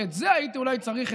את זה הייתי אולי צריך,